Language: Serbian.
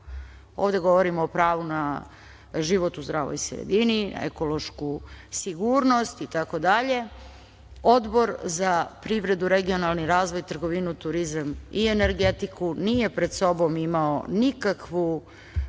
tako. Ovde govorimo o pravu na život u zdravoj sredini, ekološku sigurnost itd. Odbor za privredu, regionalni razvoj, trgovinu, turizam i energetiku nije pred sobom imao nikakvu